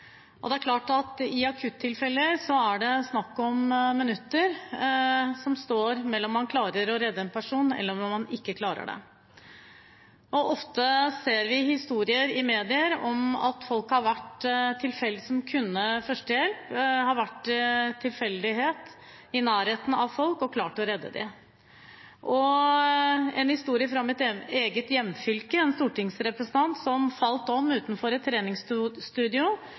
her. Det er klart at i akuttilfeller står det om minutter om man klarer å redde en person eller om man ikke klarer det. Ofte ser vi historier i media om at noen som kunne førstehjelp, tilfeldigvis har vært i nærheten av folk og klart å redde dem. En historie fra mitt eget hjemfylke: En stortingsrepresentant falt om utenfor et treningsstudio.